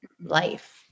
life